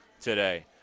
today